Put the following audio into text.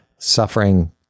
suffering